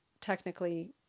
technically